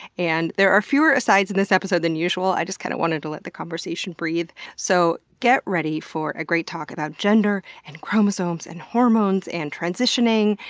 and there are fewer asides in this episode than usual, i just kind of wanted to let the conversation breathe. so get ready for a great talk about gender, and chromosomes, and hormones, and transitioning,